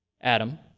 Adam